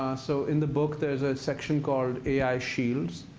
um so in the book there's a section called ai shields,